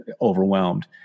overwhelmed